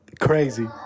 Crazy